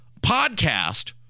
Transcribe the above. podcast